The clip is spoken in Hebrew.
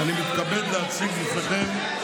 אני מתכבד להציג בפניכם,